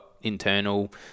internal